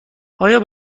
آیا